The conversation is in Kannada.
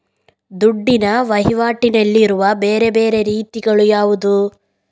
ದುಡ್ಡಿನ ವಹಿವಾಟಿನಲ್ಲಿರುವ ಬೇರೆ ಬೇರೆ ರೀತಿಗಳು ಯಾವುದು?